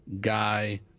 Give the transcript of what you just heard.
guy